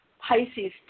Pisces